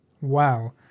Wow